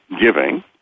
giving